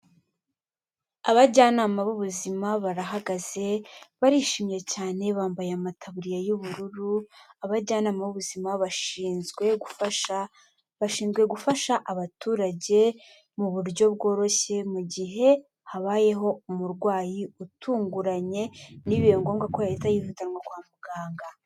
Abajyanama b'ubuzima barahagaze barishimye cyane bambaye amataburiya y'ubururu, abajyanama b'ubuzima bashinzwe gufasha, bashinzwe gufasha abaturage mu buryo bworoshye mu gihe habayeho umurwayi utunguranye, ntibibe ngombwa ko yahita yihutanwa kwa muganga.